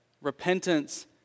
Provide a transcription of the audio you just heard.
repentance